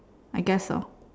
I guess so